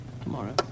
Tomorrow